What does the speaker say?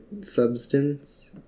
substance